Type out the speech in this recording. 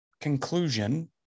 conclusion